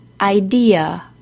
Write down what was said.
Idea